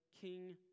King